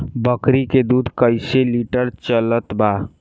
बकरी के दूध कइसे लिटर चलत बा?